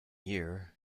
year